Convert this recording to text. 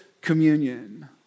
communion